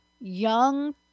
young